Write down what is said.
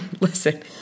Listen